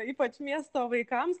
ypač miesto vaikams